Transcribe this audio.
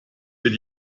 wird